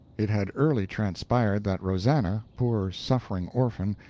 it had early transpired that rosannah, poor suffering orphan,